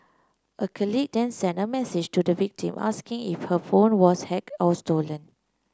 a colleague then sent a message to the victim asking if her phone was hacked or stolen